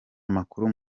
amakuru